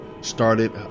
started